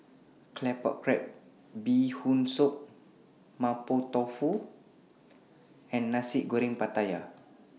Claypot Crab Bee Hoon Soup Mapo Tofu and Nasi Goreng Pattaya